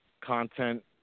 content